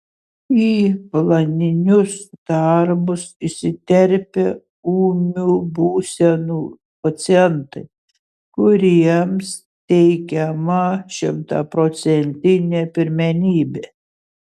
į planinius darbus įsiterpia ūmių būsenų pacientai kuriems teikiama šimtaprocentinė pirmenybė